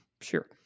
Sure